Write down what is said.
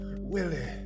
Willie